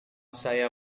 saya